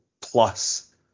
plus